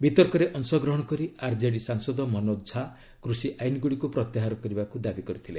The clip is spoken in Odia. ବିତର୍କରେ ଅଂଶଗ୍ରହଣ କରି ଆର୍ଜେଡି ସାଂସଦ ମନୋଚ୍ଚ ଝା କୃଷି ଆଇନଗୁଡ଼ିକୁ ପ୍ରତ୍ୟାହାର କରିବାକୁ ଦାବି କରିଥିଲେ